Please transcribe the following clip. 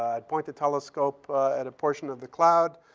i'd point the telescope at a portion of the cloud,